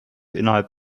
innerhalb